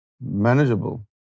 manageable